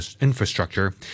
infrastructure